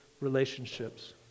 relationships